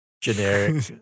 generic